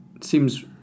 seems